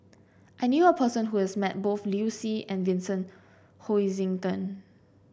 I knew a person who has met both Liu Si and Vincent Hoisington